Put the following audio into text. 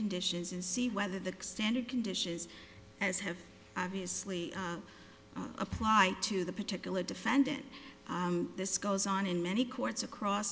conditions and see whether the standard conditions as have obviously apply to the particular defendant this goes on in many courts across